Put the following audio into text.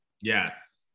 Yes